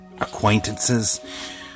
acquaintances